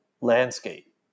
landscape